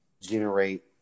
generate